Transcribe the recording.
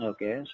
Okay